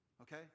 Okay